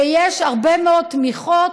ויש הרבה מאוד תמיכות,